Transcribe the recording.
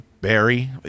Barry